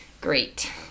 Great